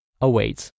awaits